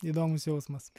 įdomus jausmas